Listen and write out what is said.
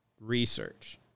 research